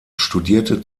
studierte